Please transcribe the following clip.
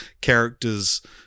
characters